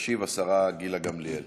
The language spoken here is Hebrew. תשיב השרה גילה גמליאל,